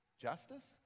Justice